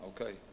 Okay